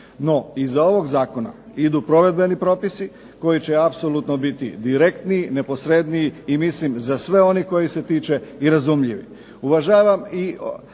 NO, iza ovog Zakona idu provedbeni propisi koji će apsolutno biti direktniji, neposredniji i mislim za sve one koje se tiče razumljiviji.